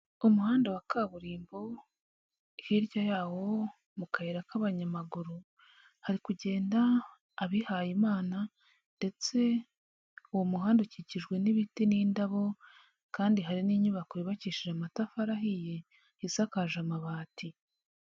Umuhanda wa kaburimbo, hirya yawo mu kayira k'abanyamaguru hari kugenda abihayimana, ndetse uwo muhanda ukikijwe n'ibiti n'indabo, kandi hari n'inyubako yubakishije amatafari ahiye isakaje amabati.